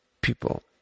people